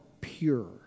pure